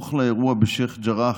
בסמוך לאירוע בשייח' ג'ראח,